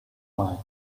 mine